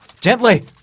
gently